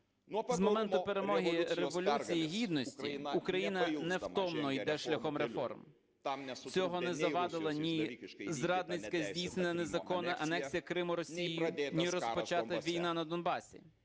З моменту перемоги Революції Гідності Україна невтомно іде шляхом реформ. Цьому не завадила ні зрадницьке здійснення незаконної анексії Криму Росією, ні розпочата війна на Донбасі.